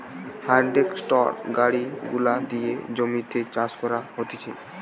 harvester গাড়ি গুলা দিয়ে জমিতে চাষ করা হতিছে